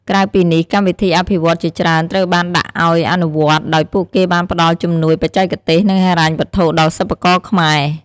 ក្រៅពីនេះ កម្មវិធីអភិវឌ្ឍន៍ជាច្រើនត្រូវបានដាក់ឱ្យអនុវត្ត ដោយពួកគេបានផ្ដល់ជំនួយបច្ចេកទេស និងហិរញ្ញវត្ថុដល់សិប្បករខ្មែរ។